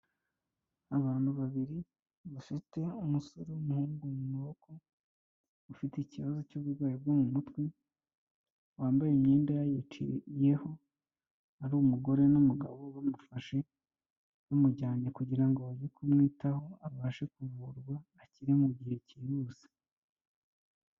Abantu babiri bafite umusore w'umuhungu mu maboko, ufite ikibazo cy'uburwayi bwo mu mutwe, wambaye imyenda yayiciriyeho, ari umugore n'umugabo bamufashe, bamujyanye kugira ngo bajye kumwitaho, abashe kuvurwa akire mu gihe kihuse.